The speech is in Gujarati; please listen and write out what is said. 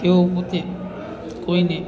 તેઓ પોતે કોઈને